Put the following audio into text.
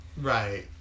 right